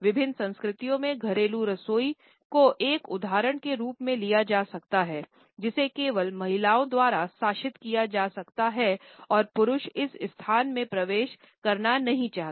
विभिन्न संस्कृतियों में घरेलू रसोई को एक उदाहरण के रूप में लिया जा सकता है जिसे केवल महिलाओं द्वारा शासित किया जा सकता है और पुरुष इस स्थान में प्रवेश करना नहीं चाहते